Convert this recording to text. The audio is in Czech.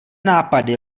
nápady